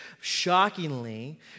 Shockingly